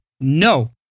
No